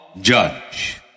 judge